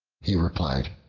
he replied,